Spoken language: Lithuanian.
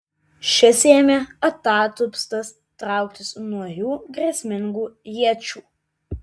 šis ėmė atatupstas trauktis nuo jų grėsmingų iečių